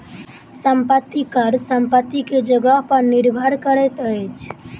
संपत्ति कर संपत्ति के जगह पर निर्भर करैत अछि